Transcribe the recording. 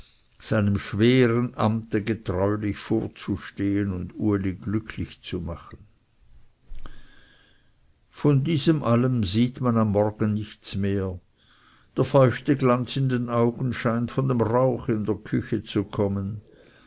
seinem schweren amte getreulich vorzustehen und uli glücklich zu machen von diesem allem sieht man am morgen nichts mehr der feuchte glanz in den augen scheint von dem rauch in der küche zu kommen